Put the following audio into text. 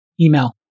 email